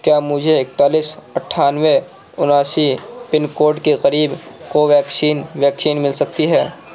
کیا مجھے اکتالیس اٹھانوے اناسی پن کوڈ کے قریب کو ویکسین ویکسین مل سکتی ہے